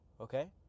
okay